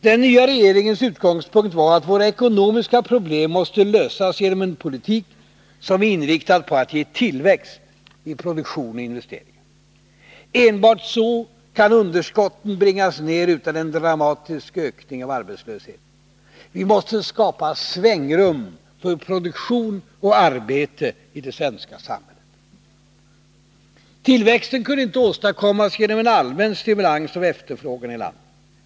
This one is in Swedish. Den nya regeringens utgångspunkt var att våra ekonomiska problem måste lösas genom en politik som är inriktad på att ge tillväxt i produktion och investeringar. Enbart så kan underskotten bringas ner utan en dramatisk ökning av arbetslösheten. Vi måste skapa svängrum för produktion och arbete i det svenska samhället. Tillväxten kunde inte åstadkommas genom en allmän stimulans av efterfrågan i landet.